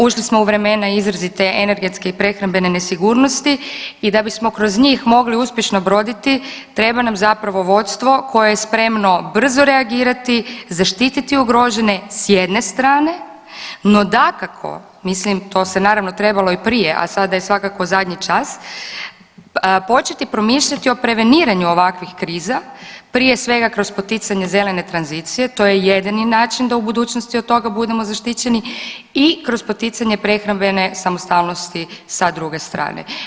Ušli smo u vremena izrazite energetske i prehrambene nesigurnosti i da bismo kroz njih mogli uspješno broditi treba nam zapravo vodstvo koje je spremno brzo reagirati, zaštiti ugrožene s jedne strane, no dakako mislim to se naravno trebalo i prije, a sada je svakako zadnji čas, početi promišljati o preveniranju ovakvih kriza, prije svega kroz poticanje zelene tranzicije, to je jedini način da u budućnosti od toga budemo zaštićeni i kroz poticanje prehrambene samostalnosti sa druge strane.